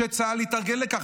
שצה"ל יתארגן לכך.